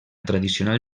tradicional